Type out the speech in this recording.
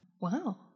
Wow